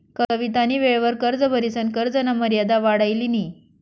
कवितानी वेळवर कर्ज भरिसन कर्जना मर्यादा वाढाई लिनी